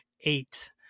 eight